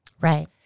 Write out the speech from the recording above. Right